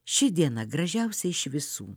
ši diena gražiausia iš visų